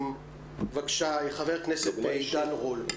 בבקשה, חבר הכנסת עידן רול.